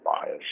bias